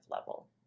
level